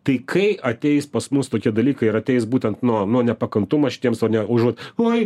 tai kai ateis pas mus tokie dalykai ir ateis būtent nuo nuo nepakantumo šitiems ar ne užuot oi